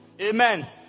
amen